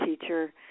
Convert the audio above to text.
teacher